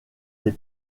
des